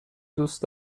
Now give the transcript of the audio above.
دوست